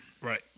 Right